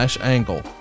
angle